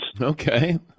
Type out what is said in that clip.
Okay